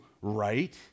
right